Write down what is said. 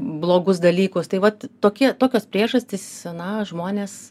blogus dalykus tai vat tokie tokios priežastys na žmonės